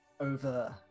over